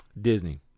Disney